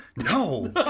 No